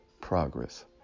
progress